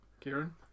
Kieran